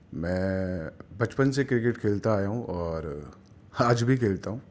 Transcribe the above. میں بچپن سے کرکٹ کھیلتا آیا ہو اور آج بھی کھیلتا ہوں